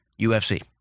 UFC